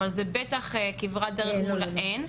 אבל זו בטח כברת דרך מול האין.